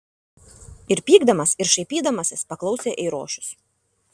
ir pykdamas ir šaipydamasis paklausė eirošius